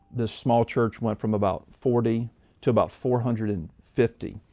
this small church went from about forty to about four hundred and fifty,